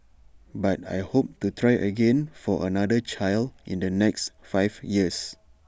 but I hope to try again for another child in the next five years